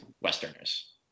westerners